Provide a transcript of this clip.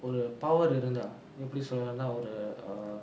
ஒரு:oru power இருந்தா எப்டி சொல்றதுனா ஒரு:irunthaa epdi solrathunaa oru ah